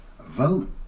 vote